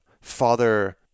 Father